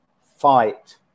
fight